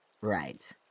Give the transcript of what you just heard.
Right